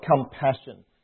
compassion